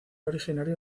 originario